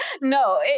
no